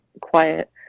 quiet